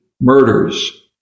murders